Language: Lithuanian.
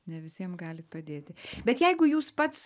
ne visiem galit padėti bet jeigu jūs pats